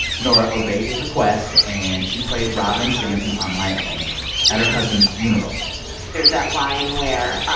nora obeyed his request. and she played robyn's dancing on my own at her husband's funeral there's that line where